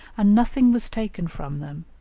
and nothing was taken from them,